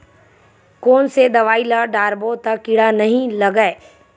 कोन से दवाई ल डारबो त कीड़ा नहीं लगय?